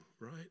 right